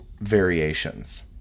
variations